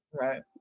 right